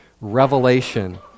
revelation